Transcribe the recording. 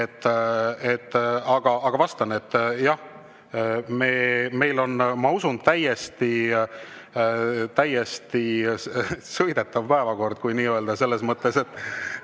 Aga vastan, et jah, meil on, ma usun, täiesti sõidetav päevakord, kui nii öelda. Ma usun, et